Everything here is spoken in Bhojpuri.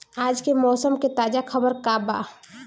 आज के मौसम के ताजा खबर का बा?